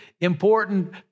important